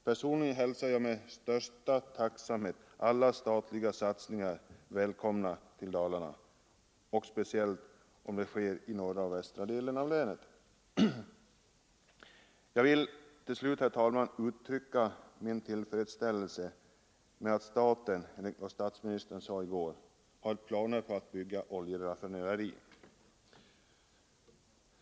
Personligen hälsar jag med största tacksamhet alla statliga företag välkomna till Dalarna, speciellt om de etablerar sig i norra och västra delarna av landskapet. Jag vill till slut, herr talman, uttrycka min tillfredsställelse över att staten — enligt vad statsministern sade i går — har planer på att bygga ett oljeraffinaderi.